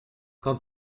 quand